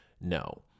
No